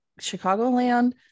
chicagoland